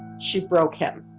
she broke him.